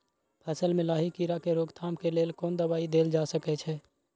फसल में लाही कीरा के रोकथाम के लेल कोन दवाई देल जा सके छै?